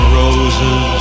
roses